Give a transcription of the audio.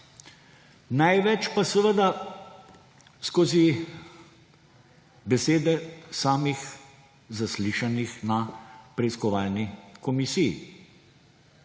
največ pa seveda skozi besede samih zaslišanih na preiskovalni komisiji.